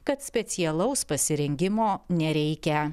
kad specialaus pasirengimo nereikia